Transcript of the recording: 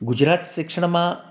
ગુજરાત શિક્ષણમાં